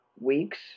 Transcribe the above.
weeks